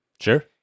Sure